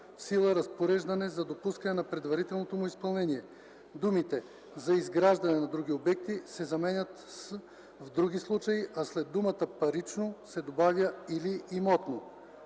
в сила разпореждане за допускане на предварителното му изпълнение”, думите „за изграждане на други обекти” се заменят с „в други случаи”, а след думата „парично” се добавя „или имотно”.